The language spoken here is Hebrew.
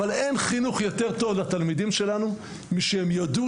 אבל אין חינוך יותר טוב לתלמידים שלנו משהם ידעו